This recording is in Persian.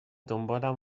دنبالم